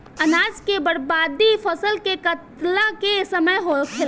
अनाज के बर्बादी फसल के काटला के समय होखेला